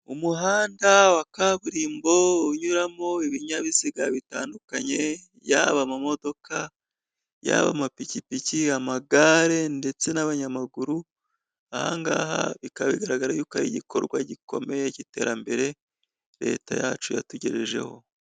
Umuhanda wa kaburimbo unyuramo ibinyabiziga bitandukanye, yaba amamodoka yaba amapikipiki, amagare, ndetse n'abanyamaguru, aha ngaha bikaba bigaragara y'uko ari igikorwa gikomeye cy'iterambere, leta yacu yatugejejeho.